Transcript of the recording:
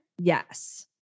Yes